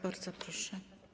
Bardzo proszę.